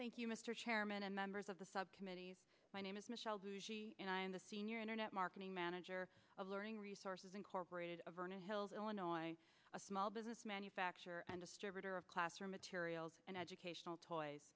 thank you mr chairman and members of the subcommittee my name is michelle who's the senior internet marketing manager of learning resources incorporated into hills illinois a small business manufacturer and distributor of classroom materials and educational toys